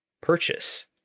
purchase